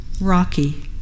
rocky